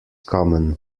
common